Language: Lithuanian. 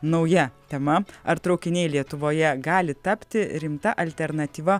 nauja tema ar traukiniai lietuvoje gali tapti rimta alternatyva